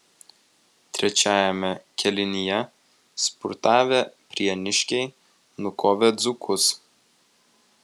trečiajame kėlinyje spurtavę prieniškiai nukovė dzūkus